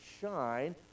shine